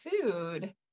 food